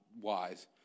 wise